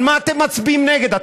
על מה אתם מצביעים נגד?